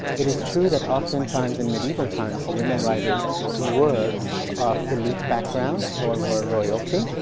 it is true that oftentimes in medieval times women writers were of elite backgrounds or were royalty.